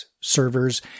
servers